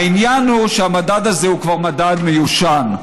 העניין הוא שהמדד הזה הוא כבר מדד מיושן.